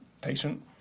patient